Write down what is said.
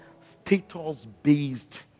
status-based